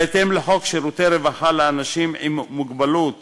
בהתאם לחוק שירותי רווחה לאנשים עם מוגבלות